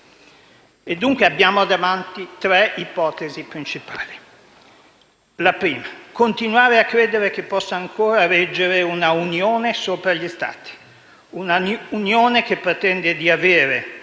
Dunque, abbiamo davanti tre ipotesi principali: la prima, continuare a credere che possa ancora reggere una Unione sopra gli Stati; una Unione che pretende di avere